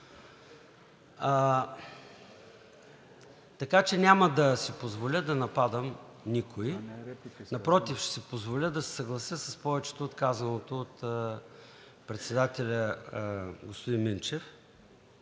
Така че няма да си позволя да нападам никого. Напротив, ще си позволя да се съглася с повечето от казаното от председателя господин Минчев